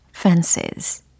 fences